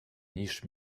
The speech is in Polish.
niż